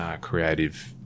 creative